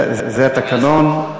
זה התקנון.